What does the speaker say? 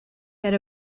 had